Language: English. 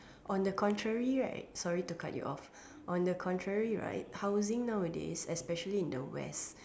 on the contrary right sorry to cut you off on the contrary right housing nowadays especially in the West